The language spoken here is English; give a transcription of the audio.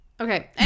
Okay